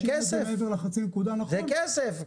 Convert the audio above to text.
זה כסף.